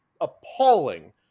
appalling